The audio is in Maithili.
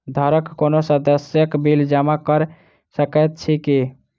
घरक कोनो सदस्यक बिल जमा कऽ सकैत छी की?